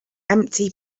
empty